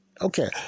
Okay